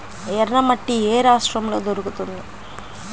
ఎర్రమట్టి ఏ రాష్ట్రంలో దొరుకుతుంది?